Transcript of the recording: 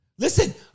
Listen